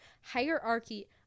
hierarchy